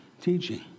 teaching